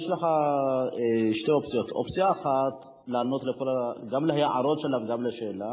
יש לך שתי אופציות: אופציה אחת לענות גם להערות שלה וגם לשאלה,